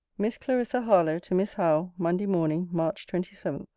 miss clarissa harlowe, to miss howe monday morning, march twenty seven.